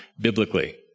biblically